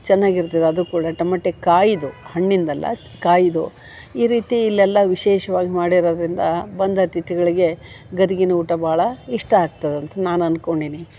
ಚೆನ್ನಾಗಿರ್ತದೆ ಅದೂ ಕೂಡ ಟಮೆಟೆ ಕಾಯಿದು ಹಣ್ಣಿಂದಲ್ಲ ಕಾಯಿದು ಈ ರೀತಿ ಇಲ್ಲೆಲ್ಲ ವಿಶೇಷ್ವಾಗಿ ಮಾಡಿರೋದರಿಂದ ಬಂದ ಅಥಿತಿಗಳಿಗೆ ಗದಗಿನ ಊಟ ಭಾಳ ಇಷ್ಟ ಆಗ್ತದೆ ಅಂತ ನಾನು ಅಂದ್ಕೊಂಡೀನಿ